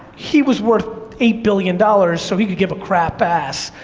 he was worth eight billion dollars, so he could give a crap ass.